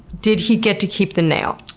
did he get to keep the nail?